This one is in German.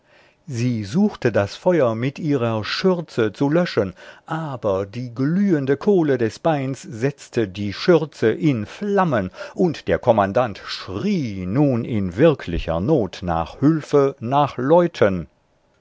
sie suchte das feuer mit ihrer schürze zu löschen aber die glühende kohle des beins setzte die schürze in flammen und der kommandant schrie nun in wirklicher not nach hülfe nach